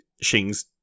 Shing's